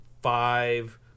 five